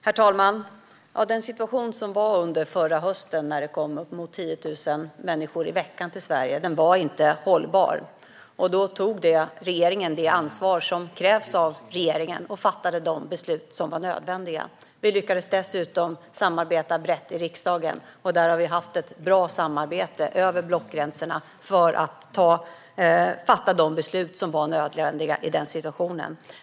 Herr talman! Den situation som rådde förra hösten, då det kom uppemot 10 000 människor i veckan till Sverige, var inte hållbar. Regeringen tog då det ansvar som krävdes av den och fattade de beslut som var nödvändiga. Vi lyckades dessutom samarbeta brett i riksdagen. Vi har haft ett bra samarbete över blockgränserna för att fatta de beslut som var nödvändiga i den situationen.